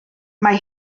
mae